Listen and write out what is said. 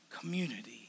community